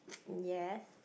yes